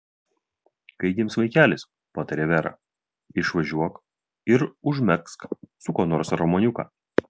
kai gims vaikelis patarė vera išvažiuok ir užmegzk su kuo nors romaniuką